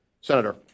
Senator